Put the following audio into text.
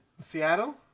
Seattle